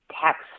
tax